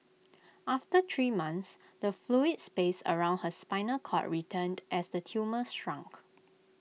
after three months the fluid space around her spinal cord returned as the tumour shrank